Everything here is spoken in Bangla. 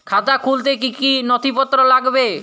খাতা খুলতে কি কি নথিপত্র লাগবে?